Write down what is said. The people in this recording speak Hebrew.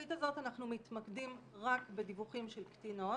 בשקופית הזאת אנחנו מתמקדים רק בדיווחים של קטינות